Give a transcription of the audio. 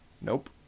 Nope